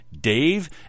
Dave